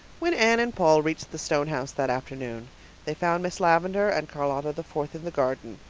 when anne and paul reached the stone house that afternoon they found miss lavendar and charlotta the fourth in the garden,